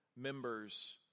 members